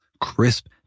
crisp